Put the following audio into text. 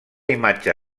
imatge